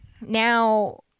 now